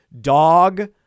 dog